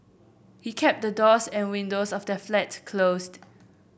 he kept the doors and windows of their flat closed